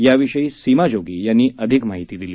याविषयी सीमा जोगी यांनी अधिक माहिती दिली